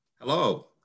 Hello